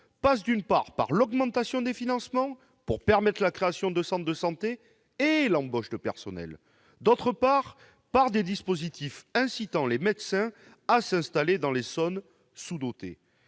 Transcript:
passe, d'une part, par l'augmentation des financements permettant la création de centres de santé et l'embauche de personnels, et, d'autre part, par des dispositifs incitant les médecins à s'installer dans les zones sous-dotées.